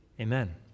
amen